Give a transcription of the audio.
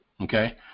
okay